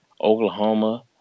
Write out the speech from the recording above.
Oklahoma